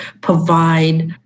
provide